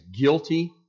guilty